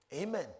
Amen